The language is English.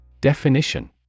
Definition